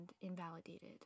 invalidated